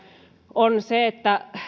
on se että